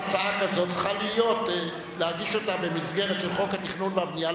הצעה כזאת צריך להגיש במסגרת של חוק התכנון והבנייה,